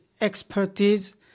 expertise